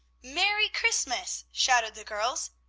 merry christmas! shouted the girls.